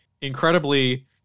incredibly